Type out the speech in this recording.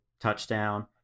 touchdown